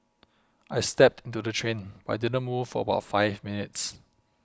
I stepped to the train but it didn't move for about five minutes